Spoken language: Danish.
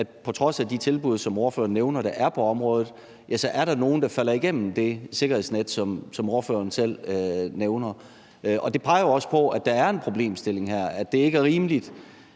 at på trods af de tilbud, som ordføreren nævner der er på området, er der nogen, der falder igennem det sikkerhedsnet, som ordføreren selv nævner. Og det peger jo også på, at der er en problemstilling her, altså at det ikke er rimeligt,